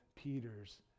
Peter's